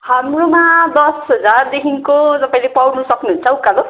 हाम्रोमा दस हजारदेखिको तपाईँले पाउनु सक्नुहुन्छ उकालो